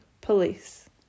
police